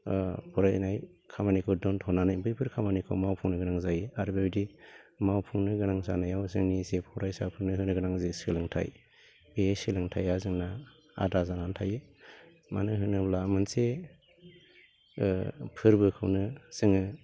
फरायनाय खामानिखौ दोन्थ'नानै बैफोर खामानिखौ मावफुंनो गोनां जायो आरो बेबायदि मावफुंनो गोनां जानायाव जोंनि जे फरायसाफोरनो होनोगोनां जे सोलोंथाइ बे सोलोंथाइआ जोंना आधा जानानै थायो मानो होनोब्ला मोनसे फोरबोखौनो जोङो